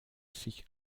sich